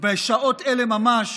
ובשעות אלה ממש